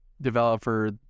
developer